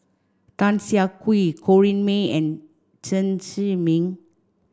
Tan Siah Kwee Corrinne May and Chen Zhiming